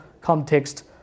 context